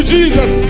Jesus